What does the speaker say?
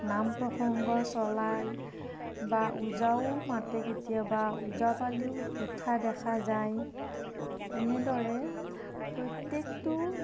নাম প্ৰসংগ চলাই বা ওজাও মাতে কেতিয়াবা ওজাপালিও উঠা দেখা যায় এনেদৰে প্ৰত্যেকটো